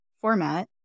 format